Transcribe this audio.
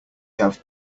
have